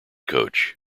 coach